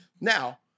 Now